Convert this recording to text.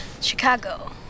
Chicago